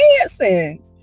dancing